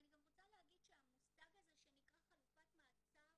ואני גם רוצה להגיד שהמושג הזה שנקרא חלופת מעצר